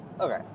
okay